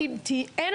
יהיה כחול חדש?